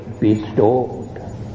bestowed